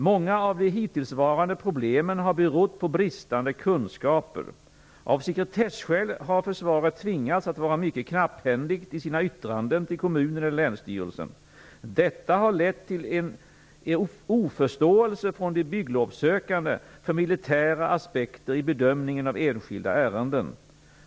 Många av de hittillsvarande problemen har berott på bristande kunskaper. Av sekretesskäl har försvaret tvingats att vara mycket knapphändigt i sina yttranden till kommunen eller länsstyrelsen. Detta har lett till en oförståelse från de bygglovssökande för militära aspekter i bedömningen av enskilda ärenden.